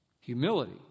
Humility